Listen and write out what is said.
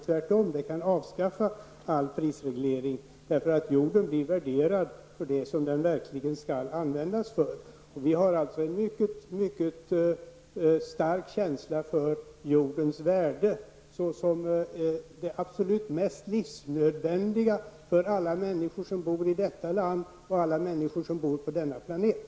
Tvärtom kan detta innebära att all prisreglering avskaffas, eftersom jorden blir värderad efter det som den verkligen skall användas för. Vi har alltså en mycket stark känsla för jordens värde såsom det absolut mest livsnödvändiga för alla människor som bor i detta land och alla människor som bor på denna planet.